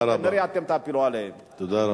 תודה רבה.